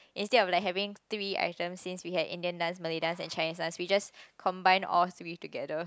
instead of like having three items since we had Indian dance Malay dance and Chinese dance we just combine all three together